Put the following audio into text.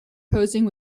posing